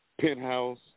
penthouse